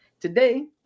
Today